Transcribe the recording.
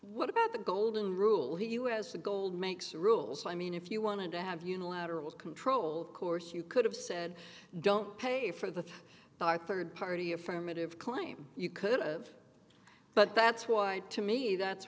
what about the golden rule you as the gold makes the rules i mean if you want to have unilateral control of course you could have said don't pay for the bar third party affirmative claim you could've but that's why to me that's